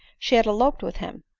she had eloped with him.